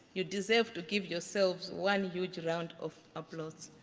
you deserve to give yourselves one huge round of applause.